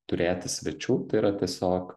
turėti svečių tai yra tiesiog